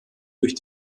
durch